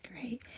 Great